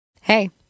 Hey